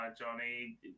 Johnny